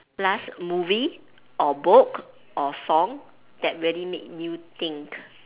last movie or book or song that really make you think